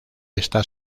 está